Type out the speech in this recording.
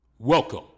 Welcome